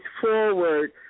forward